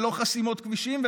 ללא חסימות כבישים,